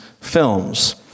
films